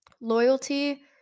loyalty